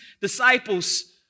disciples